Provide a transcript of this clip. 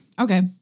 Okay